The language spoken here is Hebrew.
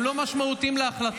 זה פחות בולט.